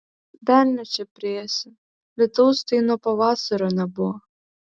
velnią čia priėsi lietaus tai nuo pavasario nebuvo